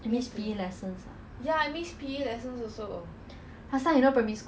then after that like primary school got a lot of like those funny funny competition